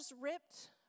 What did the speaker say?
ripped